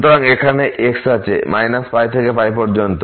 সুতরাং এখানে আমাদের x আছে থেকে পর্যন্ত